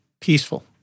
peaceful